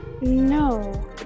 No